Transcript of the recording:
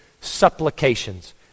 supplications